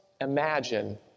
imagine